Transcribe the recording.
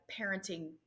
parenting